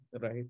right